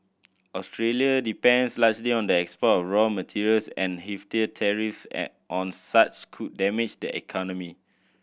Australia depends largely on the export raw materials and heftier tariffs an on such could damage the economy